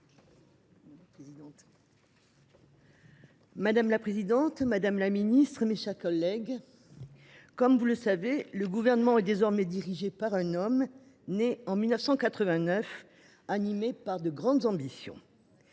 Madame la présidente, madame la secrétaire d’État, mes chers collègues, comme vous le savez, le Gouvernement est désormais dirigé par un homme né en 1989 et animé de grandes ambitions.